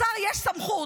לשר יש סמכות,